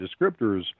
descriptors